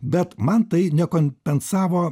bet man tai nekompensavo